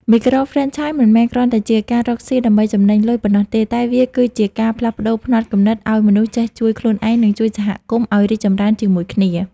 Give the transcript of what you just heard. មីក្រូហ្វ្រេនឆាយមិនមែនគ្រាន់តែជាការរកស៊ីដើម្បីចំណេញលុយប៉ុណ្ណោះទេ តែវាគឺជា "ការផ្លាស់ប្តូរផ្នត់គំនិត" ឱ្យមនុស្សចេះជួយខ្លួនឯង និងជួយសហគមន៍ឱ្យរីកចម្រើនជាមួយគ្នា។